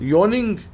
Yawning